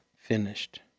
finished